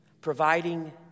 providing